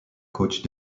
coach